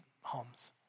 homes